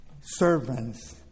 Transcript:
servants